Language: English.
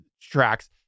tracks